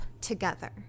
together